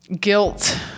guilt